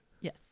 yes